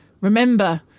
remember